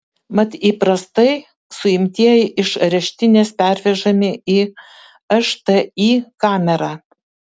mat įprastai suimtieji iš areštinės pervežami į šti kamerą